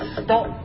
stop